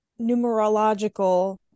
numerological